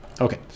Okay